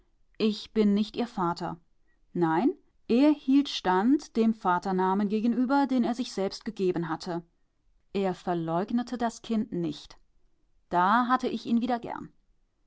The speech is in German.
ich bin nicht ihr vater nein er hielt stand dem vaternamen gegenüber den er sich selbst gegeben hatte er verleugnete das kind nicht da hatte ich ihn wieder